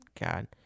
God